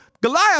Goliath